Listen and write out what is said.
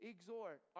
Exhort